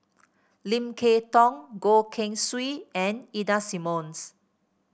Lim Kay Tong Goh Keng Swee and Ida Simmons